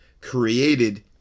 created